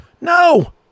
No